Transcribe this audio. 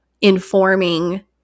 informing